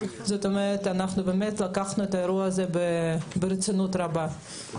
כלומר אנחנו באמת לקחנו את האירוע הזה ברצינות רבה.